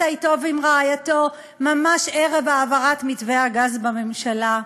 אתו ועם רעייתו ממש ערב העברת מתווה הגז בממשלה?